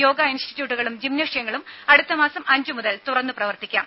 യോഗ ഇൻസ്റ്റിറ്റ്യൂട്ടുകളും ജിംനേഷ്യങ്ങളും അടുത്തമാസം അഞ്ചു മുതൽ തുറന്നു പ്രവർത്തിക്കാം